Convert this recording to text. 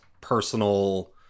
personal